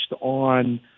on